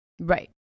Right